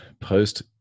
post